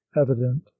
evident